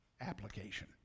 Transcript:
application